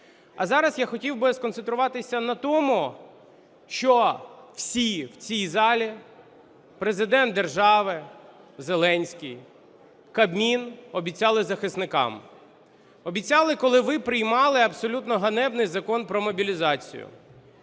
А зараз я хотів би сконцентруватися на тому, що всі в цій залі, Президент держави Зеленський, Кабмін обіцяли захисникам. Обіцяли, коли ви приймали абсолютно ганебний Закон про мобілізацію.